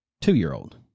two-year-old